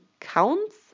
counts